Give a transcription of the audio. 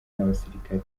n’abasirikare